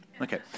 Okay